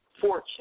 fortune